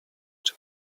czy